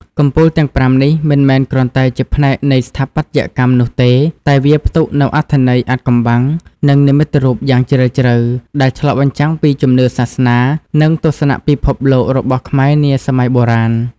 កំពូលទាំងប្រាំនេះមិនមែនគ្រាន់តែជាផ្នែកនៃស្ថាបត្យកម្មនោះទេ តែវាផ្ទុកនូវអត្ថន័យអាថ៌កំបាំង និងនិមិត្តរូបយ៉ាងជ្រាលជ្រៅ ដែលឆ្លុះបញ្ចាំងពីជំនឿសាសនា និងទស្សនៈពិភពលោករបស់ខ្មែរនាសម័យបុរាណ។